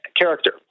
character